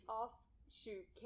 offshoot